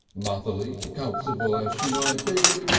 motherly, comfortable as she might be,